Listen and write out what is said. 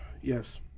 Yes